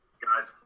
guys